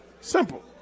simple